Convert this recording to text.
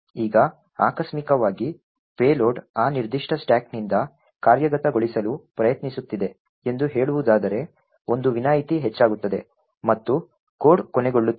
ಈಗ ಆಕಸ್ಮಿಕವಾಗಿ ಪೇಲೋಡ್ ಆ ನಿರ್ದಿಷ್ಟ ಸ್ಟಾಕ್ನಿಂದ ಕಾರ್ಯಗತಗೊಳಿಸಲು ಪ್ರಯತ್ನಿಸುತ್ತಿದೆ ಎಂದು ಹೇಳುವುದಾದರೆ ಒಂದು ವಿನಾಯಿತಿ ಹೆಚ್ಚಾಗುತ್ತದೆ ಮತ್ತು ಕೋಡ್ ಕೊನೆಗೊಳ್ಳುತ್ತದೆ